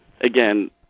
again